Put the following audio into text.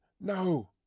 No